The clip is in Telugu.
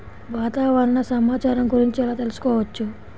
వాతావరణ సమాచారం గురించి ఎలా తెలుసుకోవచ్చు?